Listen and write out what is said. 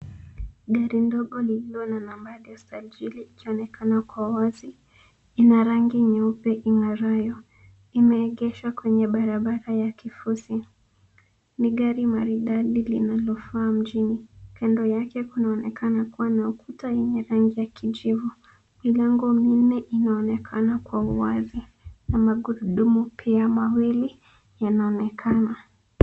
Gari ndogo lililo na nambari ya usajili ikionekana kwa wazi. Ina rangi nyeupe ing'arayo. Imeegeshwa kwenye barabara ya kifusi. Ni gari maridadi linalofaa mjini. Kando yake kunaonekana kuwa na ukuta wenye rangi ya kijivu. Milango minne inaonekana kwa uwazi na magurudumu pia mawili yanaonekana.